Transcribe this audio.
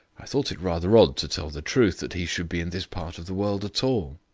i thought it rather odd, to tell the truth, that he should be in this part of the world at all.